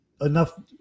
enough